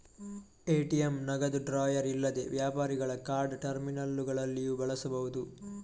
ATM ನಗದು drawer ಇಲ್ಲದೆ ವ್ಯಾಪಾರಿಗಳ ಕಾರ್ಡ್ ಟರ್ಮಿನಲ್ಲುಗಳಲ್ಲಿಯೂ ಬಳಸಬಹುದು